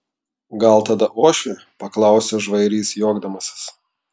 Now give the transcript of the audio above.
gal tada uošvė paklausė žvairys juokdamasis